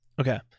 Okay